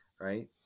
right